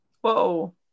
Whoa